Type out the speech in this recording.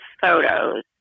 photos